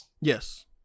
yes